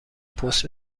پست